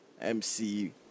MC